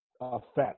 effect